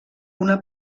una